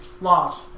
Laws